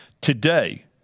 Today